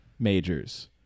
majors